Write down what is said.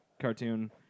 cartoon